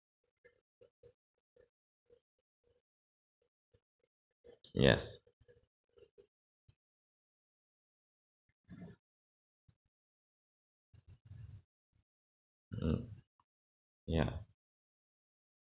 yes